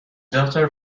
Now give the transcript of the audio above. daughter